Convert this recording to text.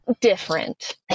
different